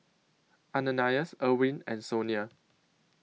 Ananias Irwin and Sonia